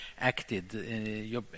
acted